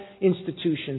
institutions